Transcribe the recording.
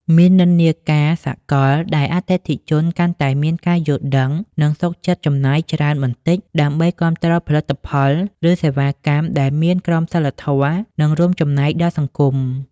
មាននិន្នាការសកលដែលអតិថិជនកាន់តែមានការយល់ដឹង និងសុខចិត្តចំណាយច្រើនបន្តិចដើម្បីគាំទ្រផលិតផល ឬសេវាកម្មដែលមានក្រមសីលធម៌ និងរួមចំណែកដល់សង្គម ។